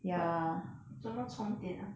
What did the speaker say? but 怎么充电 ah